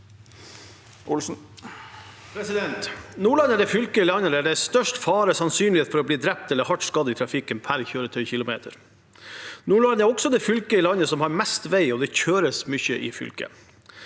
«Nordland er det fylket i landet der det er størst fare for å bli drept eller hardt skadd i trafikken pr. kjøretøykilometer. Nordland er også det fylket i landet som har mest vei, og det kjøres mye i fylket.